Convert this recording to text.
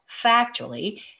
factually